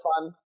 fun